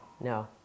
no